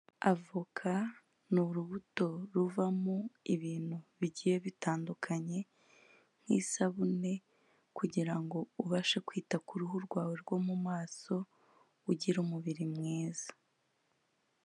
Avoka ni urubuto ruvamo ibintu bigiye bitandukanye nk'isabune, kugira ngo ubashe kwita ku ruhu rwawe rwo mu maso ugire umubiri mwiza.